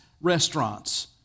restaurants